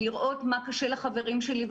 לראות מה קשה לחברים שלי,